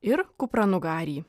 ir kupranugarį